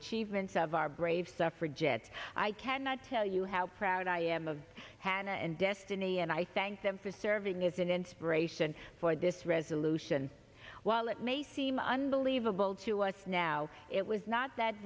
achievements of our brave suffragettes i cannot tell you how proud i am of hannah and destiny and i thank them for serving as an inspiration for this resolution while it may seem unbelievable to us now it was not that